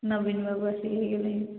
ନବୀନ ବାବୁ